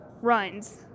runs